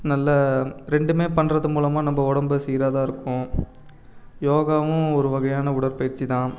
நல்ல ரெண்டுமே பண்ணுறது மூலமாக நம்ம உடம்பு சீக தான் இருக்கும் யோகாவும் ஒரு வகையான உடற்பயிற்சி தான்